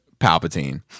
Palpatine